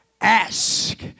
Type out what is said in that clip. Ask